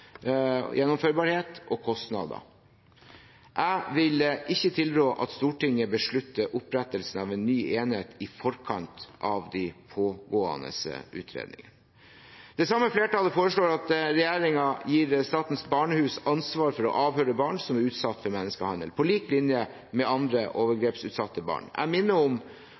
gjennomførbarhet og kostnader. Jeg vil ikke tilrå at Stortinget beslutter opprettelsen av en ny enhet i forkant av de pågående utredningene. Det samme flertallet foreslår at regjeringen gir Statens barnehus ansvar for å avhøre barn som er utsatt for menneskehandel, på lik linje med andre overgrepsutsatte barn. Jeg minner om